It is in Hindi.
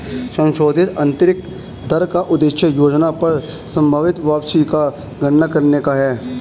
संशोधित आंतरिक दर का उद्देश्य योजना पर संभवत वापसी की गणना करने का है